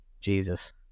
Jesus